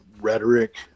rhetoric